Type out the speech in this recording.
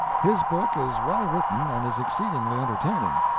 his book is well written and is exceedingly entertaining,